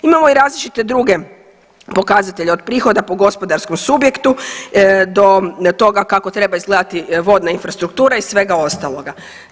Imamo i različite druge pokazatelje od prihoda po gospodarskom subjektu do toga kako treba izgledati vodna infrastruktura i svega ostaloga.